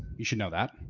you should know that.